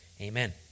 Amen